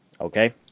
okay